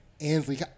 Ansley